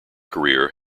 career